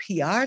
PR